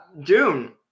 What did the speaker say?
Dune